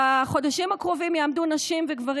בחודשים הקרובים יעמדו נשים וגברים